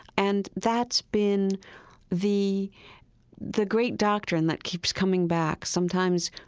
and that's been the the great doctrine that keeps coming back. sometimes,